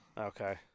Okay